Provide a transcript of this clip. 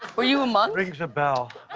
were you a monk? rings a bell.